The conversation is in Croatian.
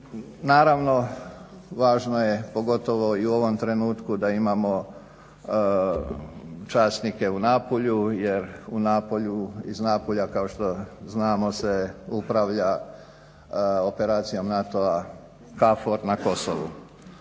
Naravno važno je pogotovo i u ovom trenutku da imamo časnike u Napulju jer iz Napulja kao što znamo se upravlja operacijom NATO-a KFOR na Kosovu.